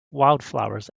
wildflowers